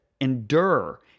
endure